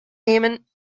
nehmen